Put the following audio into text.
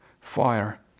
fire